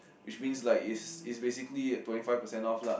which means like is is basically twenty five percent off lah